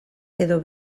edo